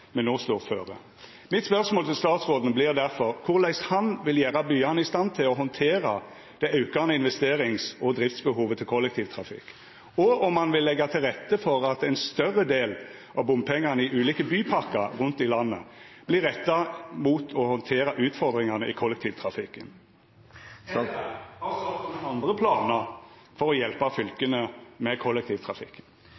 står føre. Spørsmålet mitt til statsråden vert difor: Korleis vil han gjera byane i stand til å handtera det aukande investerings- og driftsbehovet i kollektivtrafikken, og vil han leggja til rette for at ein større del av bompengane i ulike bypakker rundt i landet vert retta mot å handtera utfordringane i kollektivtrafikken? Eller har statsråden andre planar for å hjelpa